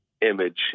image